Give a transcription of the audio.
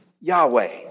Yahweh